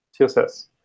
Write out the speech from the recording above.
css